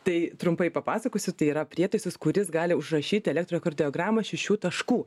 tai trumpai papasakosiu tai yra prietaisas kuris gali užrašyti elektrokardiogramą šešių taškų